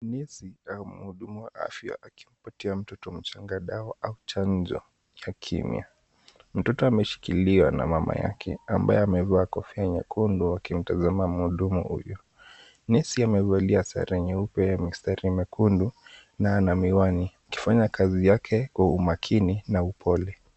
Nesi au mhudumu wa afya akimpatia mtoto mchanga dawa au chanjo ya kinywa. Mtoto ameshikiliwa na mama yake ambaye amevaa kofia nyekundu akimtazama mhudumu huyo. Nesi amevalia sare nyeupe, mistari mekundu na ana miwani akifanya kazi yake kwa umakini na upole.